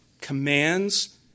commands